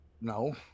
no